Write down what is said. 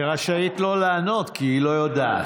היא רשאית שלא לענות כי היא לא יודעת.